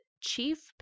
chief